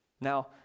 Now